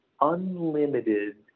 unlimited